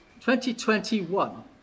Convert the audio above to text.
2021